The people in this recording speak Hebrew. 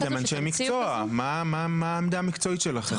אתם אנשי מקצוע, מה העמדה המקצועית שלכם?